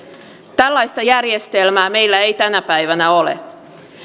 tällaista järjestelmää meillä ei tänä päivänä ole